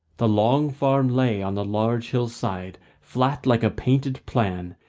the long farm lay on the large hill-side, flat like a painted plan,